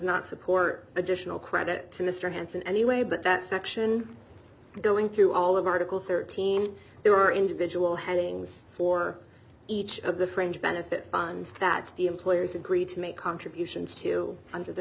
not support additional credit to mr hanson anyway but that section going through all of article thirteen there are individual headings for each of the fringe benefit funds that the employers agree to make contributions to under the